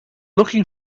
looking